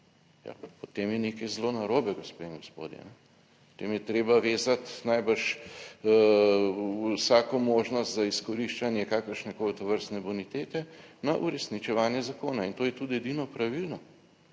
potem je nekaj zelo narobe, gospe in gospodje. Potem je treba vezati najbrž vsako možnost za izkoriščanje kakršnekoli tovrstne bonitete na uresničevanje zakona in to je tudi edino pravilno,